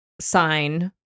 sign